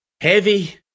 heavy